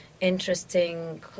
interesting